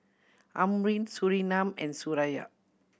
Amrin Surinam and Suraya